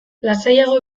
lasaiago